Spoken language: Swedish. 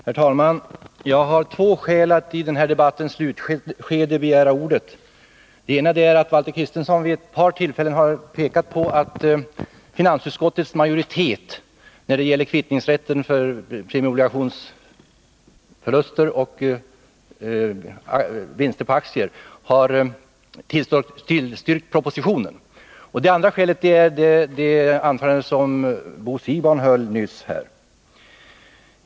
Herr talman! Jag har två skäl att i den här debattens slutskede begära ordet. Det ena skälet är att Valter Kristenson vid ett par tillfällen har pekat på att finansutskottets majoritet när det gäller kvittningsrätten för premieobligationsförluster och vinster på aktier har tillstyrkt propositionen. Det andra skälet är att Bo Siegbahn i sitt anförande nyss framförde synpunkter på dessa frågor.